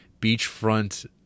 beachfront